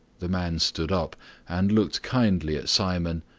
the man stood up and looked kindly at simon,